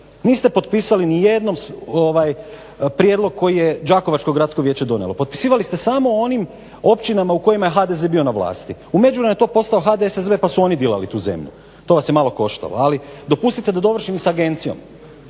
niste potpisali ni jednom prijedlog koji je Đakovačko gradsko vijeće donijelo. Potpisivali ste samo onim općinama u kojima je HDZ bio na vlasti. U međuvremenu je to postao HDSSB pa su oni dilali tu zemlju. To vas je malo koštalo, ali dopustite da dovršim i sa agencijom.